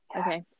okay